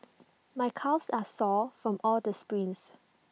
my calves are sore from all the sprints